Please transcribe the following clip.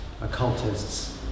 occultists